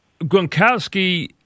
Gronkowski